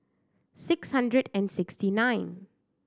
six hundred and sixty nine